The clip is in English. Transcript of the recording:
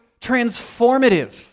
transformative